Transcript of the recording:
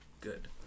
good